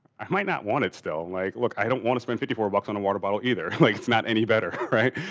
i might not want it still. like look, i don't want to spend fifty four dollars on a water bottle either, like it's not any better, right?